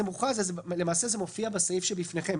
מוכרז למעשה זה מופיע בסעיף שלפניכם.